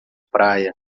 praia